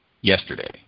yesterday